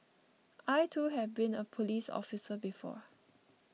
I too have been a police officer before